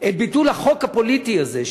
את ביטול החוק הפוליטי הזה,